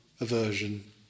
aversion